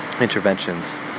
interventions